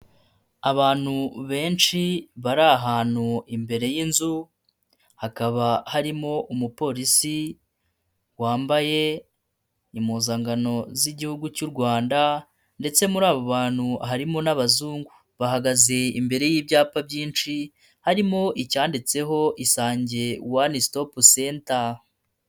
Abantu benshi bari ahantu imbere y'inzu, hakaba harimo umupolisi wambaye impuzankano z'igihugu cy'u Rwanda ndetse muri abo bantu harimo n'abazungu, bahagaze imbere y'ibyapa byinshi harimo icyanditseho Isange one stop center.